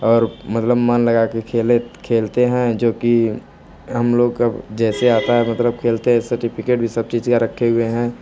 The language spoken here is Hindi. और मतलब मन लगा के खेलते हैं जो कि हम लोग का जैसे आता है मतलब खेलते है सर्टिफिकेट भी सब चीज का रखे हुए हैं